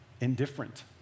Indifferent